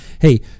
Hey